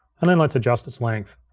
and then let's adjust its length.